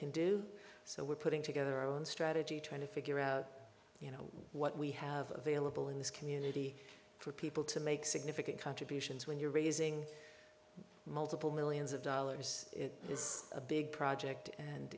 can do so we're putting together on strategy trying to figure out you know what we have available in this community for people to make significant contributions when you're raising multiple millions of dollars it is a big project and